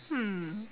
hmm